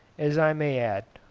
as i may add,